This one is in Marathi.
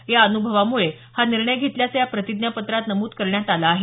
या अन्भवामुळे हा निर्णय घेतल्याचं या प्रतिज्ञापत्रात नमूद करण्यात आलं आहे